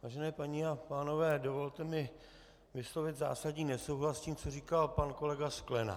Vážené paní a pánové, dovolte mi vyslovit zásadní nesouhlas s tím, co říkal pan kolega Sklenák.